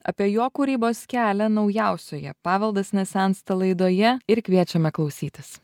apie jo kūrybos kelią naujausioje paveldas nesensta laidoje ir kviečiame klausytis